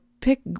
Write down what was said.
pick